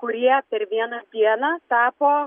kurie per vieną dieną tapo